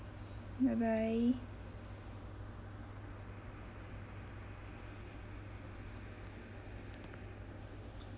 bye bye